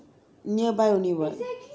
nearby only [what]